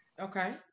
okay